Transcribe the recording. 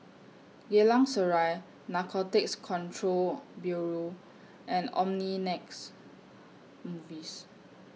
Geylang Serai Narcotics Control Bureau and Omnimax Movies